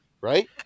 Right